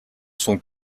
sont